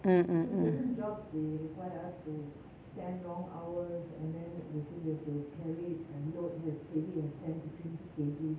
mm mm mm